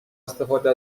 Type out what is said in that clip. استفاده